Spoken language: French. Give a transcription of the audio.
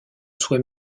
soit